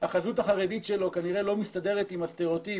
החזות החרדית שלו כנראה לא מסתדרת עם הסטריאוטיפ